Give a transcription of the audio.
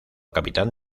capitán